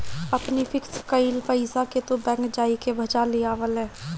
अपनी फिक्स कईल पईसा के तू बैंक जाई के भजा लियावअ